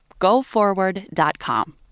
GoForward.com